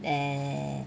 then